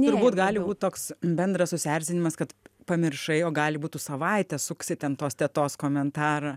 turbūt gali būt toks bendras susierzinimas kad pamiršai o gali būt tu savaitę suksi ten tos tetos komentarą